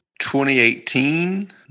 2018